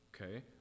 Okay